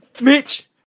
Mitch